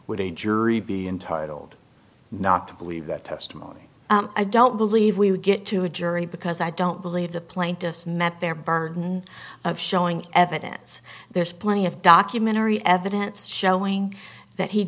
with a jury be entitled not to believe that testimony i don't believe we would get to a jury because i don't believe the plaintiffs met their burden of showing evidence there's plenty of documentary evidence showing that he